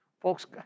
Folks